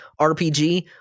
RPG